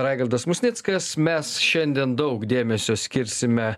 raigardas musnickas mes šiandien daug dėmesio skirsime